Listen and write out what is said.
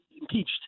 impeached